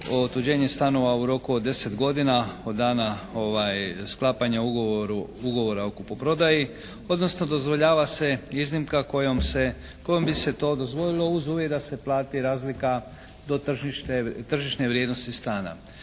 otuđenje stanova u roku od deset godina od dana sklapanja ugovora o kupoprodaji odnosno dozvoljava se iznimka kojom bi se to dozvolilo uz uvjet da se plati razlika do tržišne vrijednosti stana.